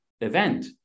event